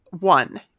one